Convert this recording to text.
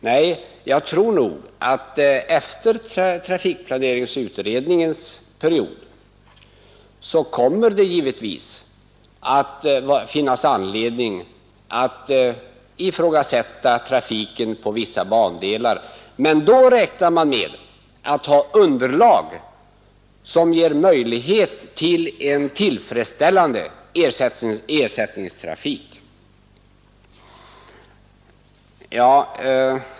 Nej, jag tror att vi sedan trafikplaneringsutredningen är klar kommer att ha anledning att ifrågasätta trafiken på vissa bandelar. Men då räknar vi med att ha ett underlag som ger möjligheter till en tillfredsställande ersättningstrafik.